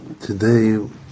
Today